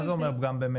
מה זה אומר פגם במהימנות?